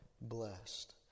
blessed